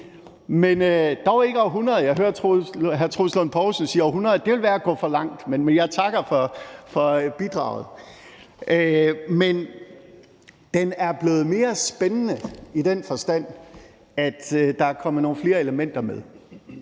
Jeg hørte hr. Troels Lund Poulsen sige »århundreder«, og det vil være at gå for langt, men jeg takker for bidraget. Men den er blevet mere spændende i den forstand, at der er kommet nogle flere elementer med,